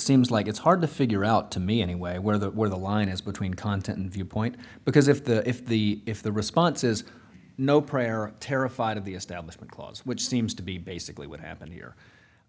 seems like it's hard to figure out to me anyway where the where the line is between content and viewpoint because if the if the if the response is no prayer or terrified of the establishment clause which seems to be basically what happened here